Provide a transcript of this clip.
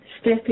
step